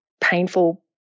painful